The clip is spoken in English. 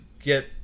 get